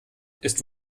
ist